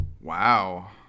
Wow